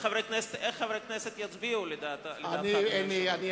איך חברי הכנסת יצביעו, לדעתך, אדוני היושב-ראש?